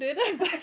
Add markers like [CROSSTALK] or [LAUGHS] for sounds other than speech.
[LAUGHS]